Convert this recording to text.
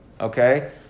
Okay